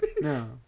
No